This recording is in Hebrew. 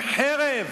עם חרב.